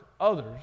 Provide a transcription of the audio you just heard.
others